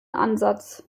ansatz